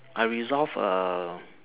I resolve um